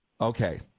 Okay